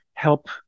help